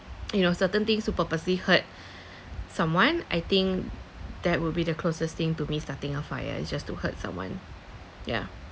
you know certain things to purposely hurt someone I think that will be the closest thing to me starting a fire is just to hurt someone yeah